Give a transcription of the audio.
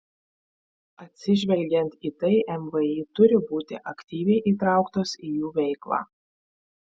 atsižvelgiant į tai mvį turi būti aktyviai įtrauktos į jų veiklą